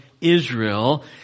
Israel